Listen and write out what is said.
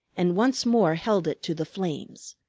and once more held it to the flames.